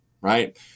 Right